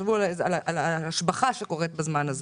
תחשבו על ההשבחה שקורית בזמן הזה.